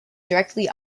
directly